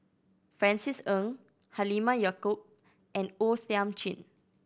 Francis Ng Halimah Yacob and O Thiam Chin